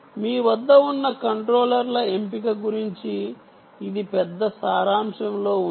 మీ వద్ద ఉన్న కంట్రోలర్ల ఎంపిక గురించి ఇది పెద్ద సారాంశంలో ఉంది